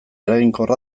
eraginkorra